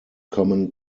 common